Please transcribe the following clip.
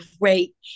great